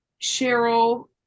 Cheryl